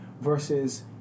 versus